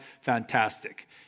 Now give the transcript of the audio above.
fantastic